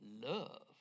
love